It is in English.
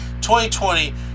2020